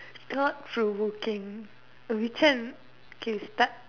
thought provoking which one okay start